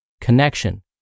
connection